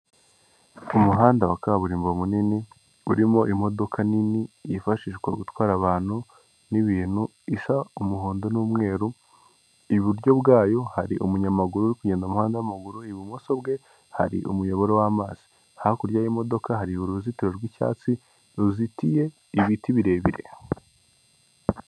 Mu muhanda wa kaburimbo munini urimo imodoka nini yifashishwa gutwara abantu n'ibintu isa umuhondo n'umweru, iburyo bwayo hari umunyamaguru uri kugenda mu muhanda n'amaguru, ibumoso bwe hari umuyoboro w'amazi, hakurya y'imodoka hari uruzitiro rw'icyatsi ruzitiye ibiti birebire.